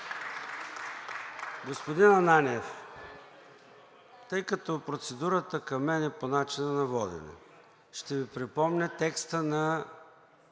Господин Ананиев, тъй като процедура към мен е по начина на водене, ще Ви припомня текста на